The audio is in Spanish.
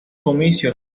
comicios